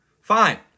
Fine